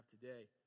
today